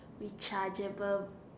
rechargeable